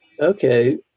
okay